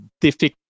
difficult